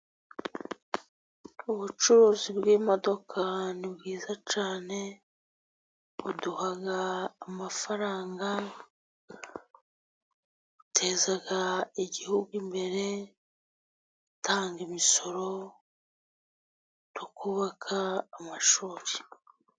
Ubucuruzi bw'imodoka ni bwiza cyane buduha amafaranga, buteza igihugu imbere dutanga imisoro tukubaka amashuri.